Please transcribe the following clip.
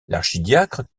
l’archidiacre